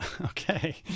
Okay